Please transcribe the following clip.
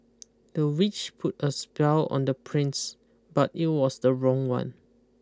the witch put a spell on the prince but it was the wrong one